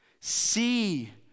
See